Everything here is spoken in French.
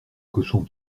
cochons